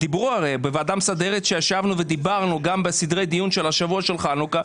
בוועדה המסדרת ישבנו ודיברנו גם בסדרי דיון של השבוע של חנוכה,